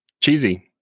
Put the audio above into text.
Cheesy